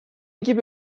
gibi